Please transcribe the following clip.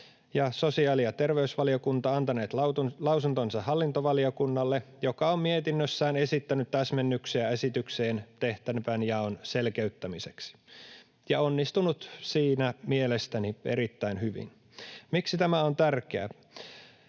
ja sosiaali- ja terveysvaliokunta antaneet lausuntonsa hallintovaliokunnalle, joka on mietinnössään esittänyt täsmennyksiä esitykseen tehtävänjaon selkeyttämiseksi, ja onnistunut siinä mielestäni erittäin hyvin. Miksi tämä on tärkeää?